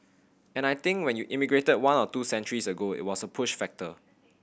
and I think when you emigrated one or two centuries ago it was a push factor